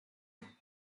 disease